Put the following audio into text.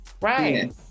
Right